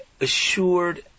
assured